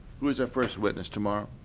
who is our first witness tomorrow?